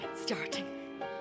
starting